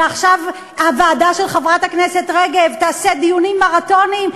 ועכשיו הוועדה של חברת הכנסת רגב תעשה דיונים מרתוניים,